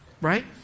right